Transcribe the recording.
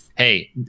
Hey